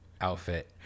outfit